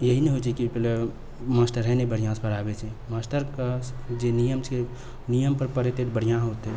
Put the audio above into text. यही नहि होइ छै कि पहिले मास्टरे नहि ने बढ़िआँसँ पढ़ाबै छै मास्टरके जे नियम छै नियमपर पढ़ैतै तऽ बढ़िआँ हौते